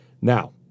Now